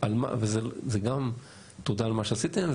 זה גם תודה על מה שעשיתם,